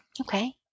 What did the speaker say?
Okay